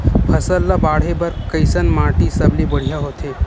फसल ला बाढ़े बर कैसन माटी सबले बढ़िया होथे?